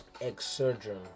ex-surgeon